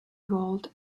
bold